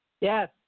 Yes